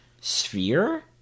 Sphere